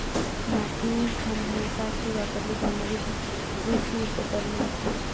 माती खणण्यासाठी वापरली जाणारी कृषी उपकरणे